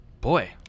Boy